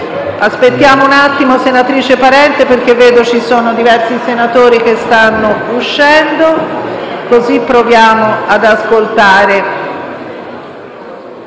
Aspettiamo un attimo, senatrice Parente, perché vedo che ci sono diversi senatori che stanno uscendo, così proviamo ad ascoltare.